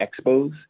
expos